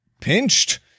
pinched